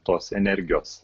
tos energijos